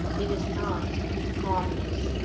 it is not calmness.